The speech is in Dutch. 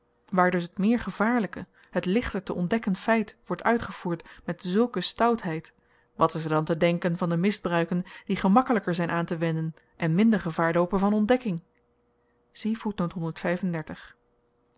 waar dus t meer gevaarlyke het lichter te ontdekken feit wordt uitgevoerd met zulke stoutheid wat is er dan te denken van de misbruiken die gemakkelyker zyn aantewenden en minder gevaar loopen van ontdekking